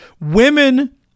Women